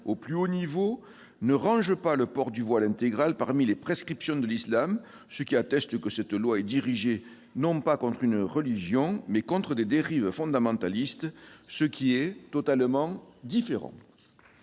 au plus haut niveau, ne rangent pas le port du voile intégral parmi les prescriptions de l'islam, ce qui atteste que cette loi est dirigée non pas contre une religion, mais contre des dérives fondamentalistes, ce qui est totalement différent.